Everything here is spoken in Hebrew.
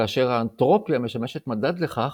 כאשר האנטרופיה משמשת מדד לכך